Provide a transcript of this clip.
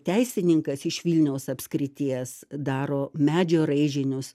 teisininkas iš vilniaus apskrities daro medžio raižinius